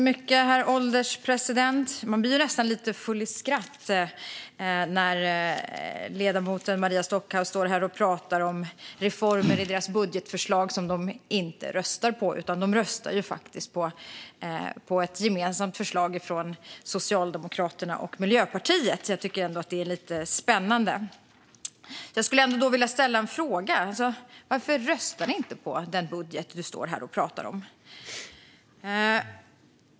Herr ålderspresident! Man blir nästan lite full i skratt när ledamoten Maria Stockhaus står här och pratar om reformer i deras budgetförslag som de inte röstar på. De röstar ju faktiskt på ett gemensamt förslag från Socialdemokraterna och Miljöpartiet. Jag tycker att det är lite spännande. Jag skulle vilja ställa en fråga: Varför röstar ni inte på den budget som du, Maria Stockhaus, står här och pratar om?